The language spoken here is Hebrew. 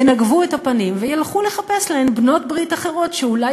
ינגבו את הפנים וילכו לחפש להם בעלות-ברית אחרות שאולי